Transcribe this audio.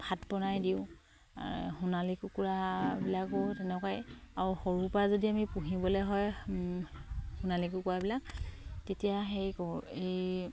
ভাত বনাই দিওঁ সোণালী কুকুৰাবিলাকো তেনেকুৱাই আৰু সৰুৰ পৰা যদি আমি পুহিবলে হয় সোণালী কুকুৰাবিলাক তেতিয়া সেই কৰোঁ এই